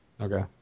Okay